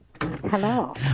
Hello